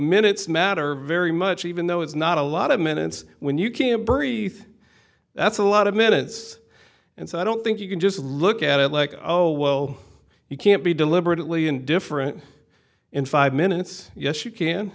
minutes matter very much even though it's not a lot of minutes when you can burry think that's a lot of minutes and so i don't think you can just look at it like oh well you can't be deliberately indifferent in five minutes yes you can